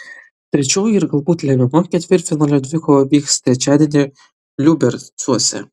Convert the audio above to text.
trečioji ir galbūt lemiama ketvirtfinalio dvikova vyks trečiadienį liubercuose